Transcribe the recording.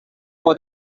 for